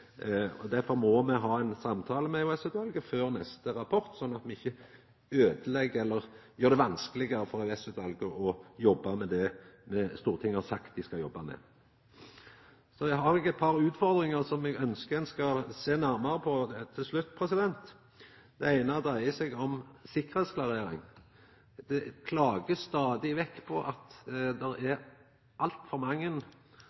må me ha ein samtale med EOS-utvalet før neste rapport, sånn at me ikkje øydelegg eller gjer det vanskelegare for EOS-utvalet å jobba med det Stortinget har sagt dei skal jobba med. Så har eg eit par utfordringar som eg ønskjer ein skal sjå nærare på, til slutt. Det eine dreier seg om sikkerheitsklarering. Folk klagar stadig vekk på at det er